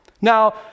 Now